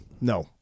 No